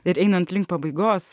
ir einant link pabaigos